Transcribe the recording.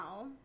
now